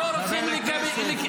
אתם לא רוצים פתרון מדיני.